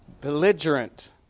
belligerent